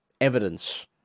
evidence